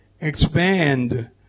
expand